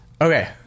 Okay